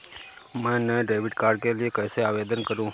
मैं नए debit card के लिए कैसे आवेदन करूं?